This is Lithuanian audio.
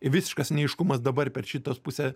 visiškas neaiškumas dabar per šitas pusę